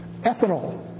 Ethanol